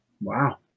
Wow